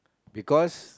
because